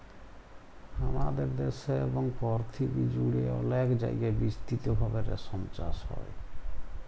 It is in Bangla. হামাদের দ্যাশে এবং পরথিবী জুড়ে অলেক জায়গায় বিস্তৃত ভাবে রেশম চাস হ্যয়